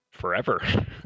Forever